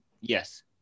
Yes